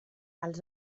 els